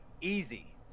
Easy